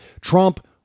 Trump